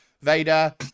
vader